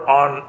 on